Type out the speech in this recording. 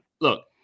look